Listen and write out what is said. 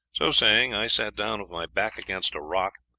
so saying, i sat down with my back against a rock,